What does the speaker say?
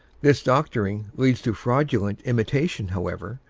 this doctoring leads to fraudulent imitation, however,